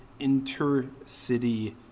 intercity